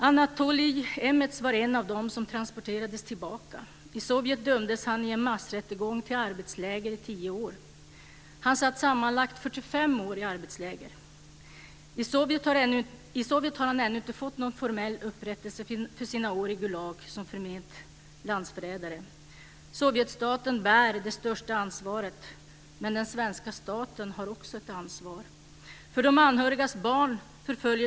Anatolij Emets var en av dem som transporterades tillbaka. I Sovjet dömdes han vid en massrättegång till arbetsläger i tio år. Han satt sammanlagt 45 år i arbetsläger. I Sovjet har han ännu inte fått någon formell upprättelse för sina år i Gulag som förment landsförrädare. Sovjetstaten bär det största ansvaret, men det svenska staten har också ett ansvar.